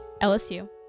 LSU